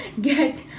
get